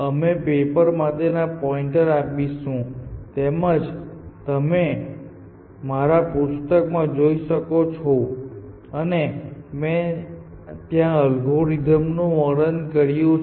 અમે પેપર માટેના પોઇન્ટર આપીશું તેમજ તમે મારા પુસ્તકમાં જોઈ શકો છો અને મેં ત્યાં અલ્ગોરિધમનું વર્ણન કર્યું છે